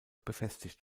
befestigt